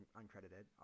uncredited